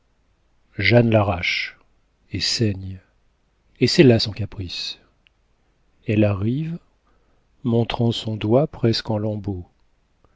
jeanne l'arrache et saigne et c'est là son caprice elle arrive montrant son doigt presque en lambeau